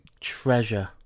treasure